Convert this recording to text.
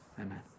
Amen